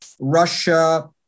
Russia